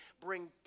bring